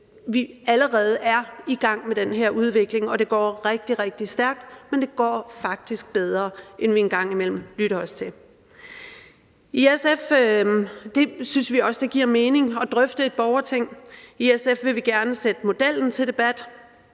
vi allerede er i gang med den her udvikling, og det går rigtig, rigtig stærkt, men det går faktisk bedre, end vi en gang imellem lytter os til. I SF synes vi også, det giver mening at drøfte et borgerting. I SF vil vi gerne sætte modellen til debat,